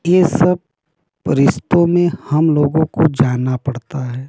ये सब रिश्तों में हम लोगों को जाना पड़ता है